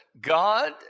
God